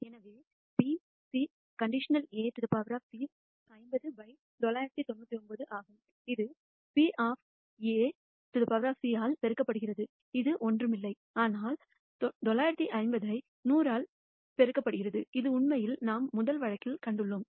எனவே P C | Ac 50 by 999 ஆகும் இது Pc ஆல் பெருக்கப்படுகிறது இது ஒன்றுமில்லை ஆனால் 950 ஐ 1000 ஆல் பெருக்கப்படுகிறது இது உண்மையில் நாம் முதல் வழக்கில் காட்டியுள்ளோம்